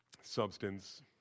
substance